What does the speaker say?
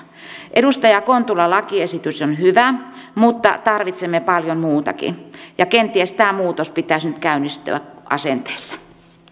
edustaja kontulan lakiesitys on hyvä mutta tarvitsemme paljon muutakin kenties tämän muutoksen pitäisi nyt käynnistyä asenteissa